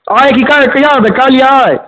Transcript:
आइ कि काल्हि कहिआ एबै काल्हि या आइ